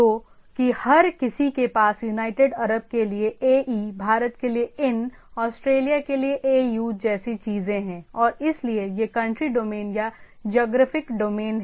तो कि हर किसी के पास यूनाइटेड अरब के लिए 'ae भारत के लिए in ऑस्ट्रेलिया के लिए 'au' जैसी चीजें हैं और इसलिए ये कंट्री डोमेन या ज्योग्राफिक डोमेन हैं